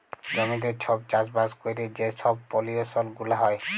জমিতে ছব চাষবাস ক্যইরে যে ছব পলিউশল গুলা হ্যয়